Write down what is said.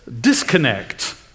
disconnect